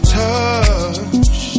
touch